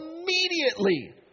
immediately